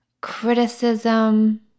criticism